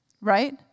Right